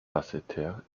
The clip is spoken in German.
basseterre